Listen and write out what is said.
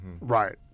Right